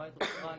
למעט אוסטרליה,